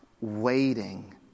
waiting